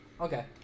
Okay